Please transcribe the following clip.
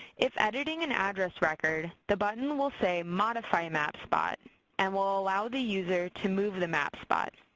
if editing an address record, the button will say modify map spot and will allow the user to move the map spot.